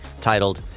titled